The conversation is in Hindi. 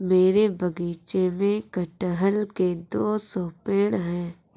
मेरे बगीचे में कठहल के दो सौ पेड़ है